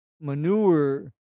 manure